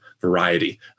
variety